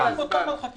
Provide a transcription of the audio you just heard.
לא, חבל על הזמן.